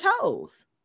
toes